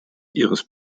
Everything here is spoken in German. ihres